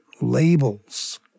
labels